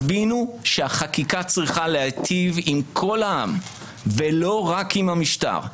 הבינו שהחקיקה צריכה להיטיב עם כל העם ולא רק עם המשטר.